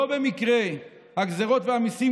לא במקרה הגזרות והמיסים,